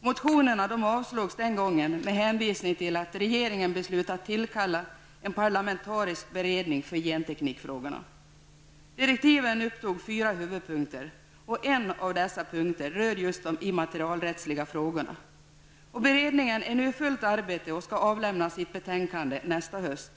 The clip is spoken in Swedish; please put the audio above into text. Motionerna avslogs den gången med hänvisning till att regeringen beslutat tillkalla en parlamentarisk beredning för genteknikfrågorna. Direktiven upptog fyra huvudpunkter. En av dessa punkter rör just de immaterialrättsliga frågorna. Beredningen är nu i fullt arbete och skall avlämna sitt betänkande nästa höst.